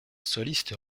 soliste